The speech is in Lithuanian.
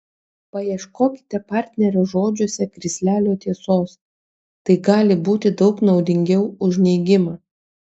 paieškokite partnerio žodžiuose krislelio tiesos tai gali būti daug naudingiau už neigimą